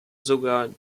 sogar